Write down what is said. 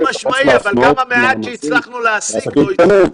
חד משמעי אבל גם את המעט שהצלחנו להשיג, לא קיבלו.